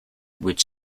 would